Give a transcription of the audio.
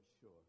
sure